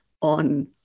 on